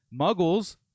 Muggles